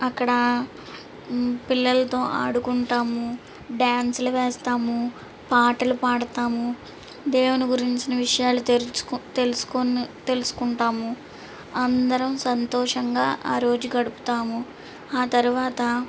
అక్కడ పిల్లలతో ఆడుకుంటాము డాన్సులు వేస్తాము పాటలు పాడుతాము దేవుని గురించి విషయాలు తెలుసు తెలుసుకుని తెలుసుకుంటాము అందరం సంతోషంగా ఆ రోజు గడుపుతాము ఆ తరువాత